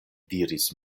diris